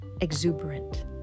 exuberant